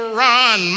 run